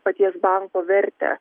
paties banko vertę